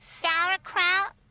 sauerkraut